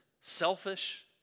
selfish